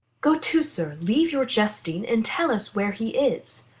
go to, sirrah! leave your jesting, and tell us where he is.